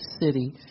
city